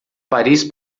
paris